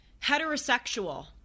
heterosexual